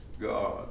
God